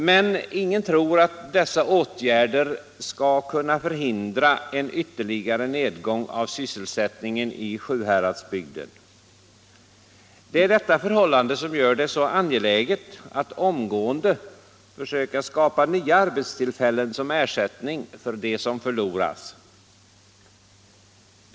Men ingen tror att dessa åtgärder skall kunna förhindra en ytterligare nedgång av sysselsättningen i Sjuhäradsbygden. Det är detta förhållande som gör det så angeläget att omgående försöka skapa nya arbetstillfällen som ersättning för de förlorade.